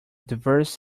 diverse